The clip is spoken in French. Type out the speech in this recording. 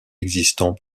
existants